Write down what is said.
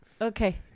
Okay